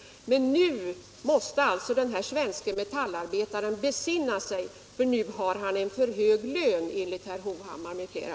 Men nu måste alltså den här svenske metallarbetaren besinna sig, för nu har han för hög lön, enligt herr Hovhammar m.fl.